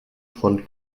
von